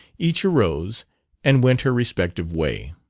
each arose and went her respective way.